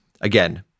Again